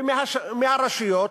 ומרשויות,